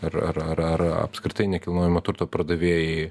ar ar ar ar apskritai nekilnojamo turto pardavėjai